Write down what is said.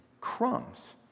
crumbs